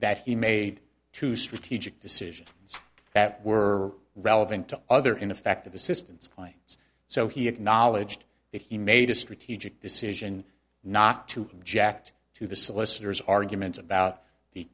that he made two strategic decisions that were relevant to other ineffective assistance claims so he acknowledged that he made a strategic decision not to object to the solicitor's arguments about the